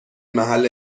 محل